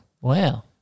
Wow